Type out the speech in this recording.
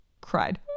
Cried